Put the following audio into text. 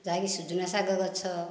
ଯାହାକି ସଜନା ଶାଗ ଗଛ